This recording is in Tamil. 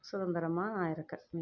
சுதந்திரமாக நான் இருக்கேன் ம்